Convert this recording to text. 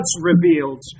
revealed